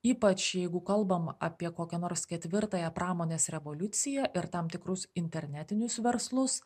ypač jeigu kalbam apie kokią nors ketvirtąją pramonės revoliuciją ir tam tikrus internetinius verslus